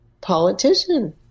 politician